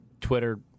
Twitter